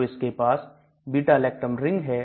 तो इसके पास beta lactam रिंग है